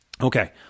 Okay